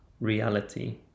reality